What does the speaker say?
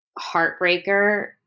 heartbreaker